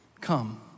Come